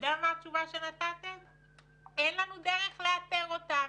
התשובה הייתה "אין לנו דרך לאתר אותם".